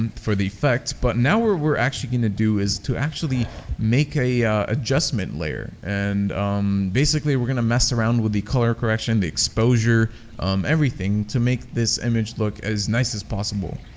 um for the effect, but now we're we're actually going to do is to actually make a adjustment layer and basically we're going to mess around with the color correction the exposure everything to make this image look as nice as possible.